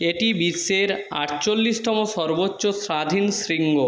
এটি বিশ্বের আটচল্লিশতম সর্বোচ্চ স্বাধীন শৃঙ্গ